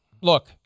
look